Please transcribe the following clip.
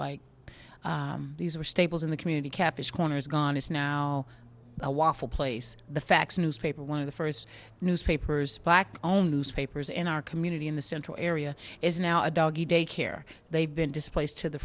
like these are staples in the community capice corner is gone is now a waffle place the facts newspaper one of the first newspapers black own newspapers in our community in the central area is now a doggie day care they've been displaced to the